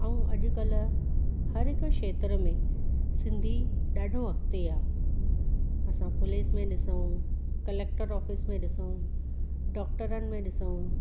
ऐं अॼुकल्ह हर हिक खेत्र में सिंधी ॾाढो अॻिते आहे असां पुलिस में ॾिसूं क्लैक्टर ऑफ़िस में ॾिसूं डॉक्टरनि में ॾिसूं